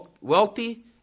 wealthy